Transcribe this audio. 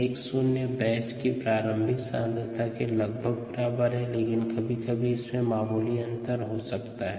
x0 batch की प्रारंभिक सांद्रता के लगभग बराबर है लेकिन कभी कभी इसमें मामूली अंतर हो सकता है